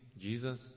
Jesus